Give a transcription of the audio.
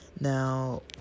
Now